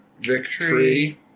Victory